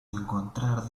encontrar